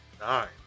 nine